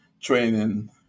training